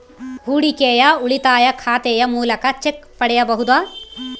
ಹೂಡಿಕೆಯ ಉಳಿತಾಯ ಖಾತೆಯ ಮೂಲಕ ಚೆಕ್ ಪಡೆಯಬಹುದಾ?